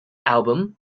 album